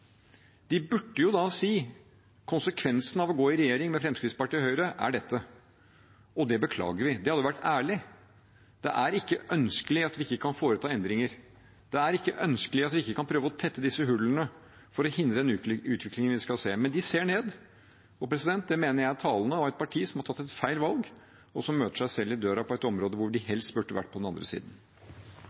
De burde si at konsekvensen av å gå i regjering med Fremskrittspartiet og Høyre er dette, og det beklager vi. Det hadde vært ærlig. Det er ikke ønskelig at man ikke kan foreta endringer, det er ikke ønskelig at man ikke kan prøve å tette disse hullene for å hindre den utviklingen vi ser. Men de ser ned. Det mener jeg er talende for et parti som har tatt et feil valg og som møter seg selv i døra på et område hvor de helst burde vært på den andre siden.